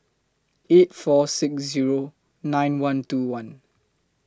eight four six Zero nine one two one